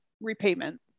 repayment